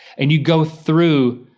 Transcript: and you go through,